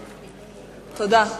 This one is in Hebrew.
תודה.